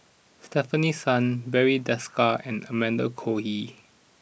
Stefanie Sun Barry Desker and Amanda Koe Lee